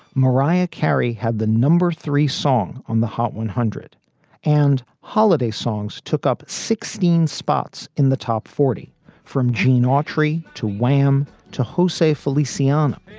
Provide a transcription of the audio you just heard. mariah carey had the number three song on the hot one hundred and holiday songs took up sixteen spots in the top forty from gene autry to wham to host say feliciano,